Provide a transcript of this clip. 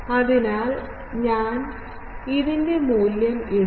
അതിനാൽ ഞാൻ ഇതിൻറെ മൂല്യം ഇടുന്നു